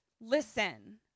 listen